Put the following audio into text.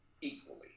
equally